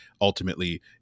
ultimately